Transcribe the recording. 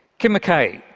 kim mckay,